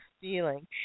feeling